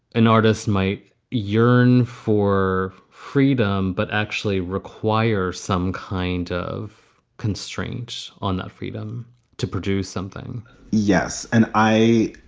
an artist might yearn for freedom, but actually require some kind of constraint on that freedom to produce something yes, and i